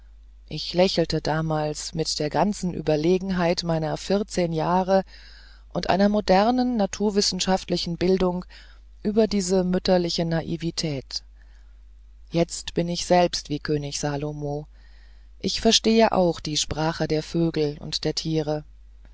ich lächelte damals mit der ganzen überlegenheit meiner vierzehn jahre und einer modernen naturwissenschaftlichen bildung über diese mütterliche naivität jetzt bin ich selbst wie könig salomo ich verstehe auch die sprache der vögel und der tiere